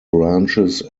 branches